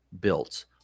built